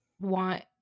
want